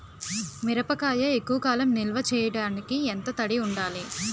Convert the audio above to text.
మిరపకాయ ఎక్కువ కాలం నిల్వ చేయటానికి ఎంత తడి ఉండాలి?